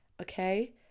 Okay